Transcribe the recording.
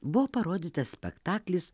buvo parodytas spektaklis